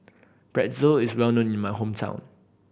pretzel is well known in my hometown